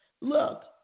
Look